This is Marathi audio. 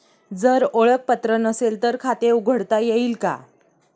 जर ओळखपत्र नसेल तर खाते उघडता येईल का?